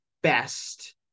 best